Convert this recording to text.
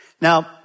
Now